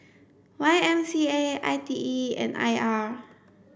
Y M C A I T E and I R